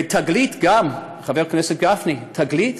ותגלית, חבר הכנסת גפני, תגלית